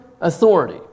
authority